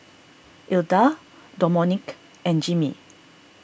Ilda Domonique and Jimmie